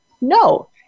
no